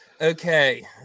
Okay